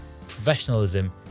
professionalism